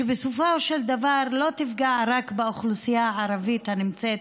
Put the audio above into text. שבסופו של דבר לא תפגע רק באוכלוסייה הערבית הנמצאת,